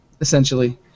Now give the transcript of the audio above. essentially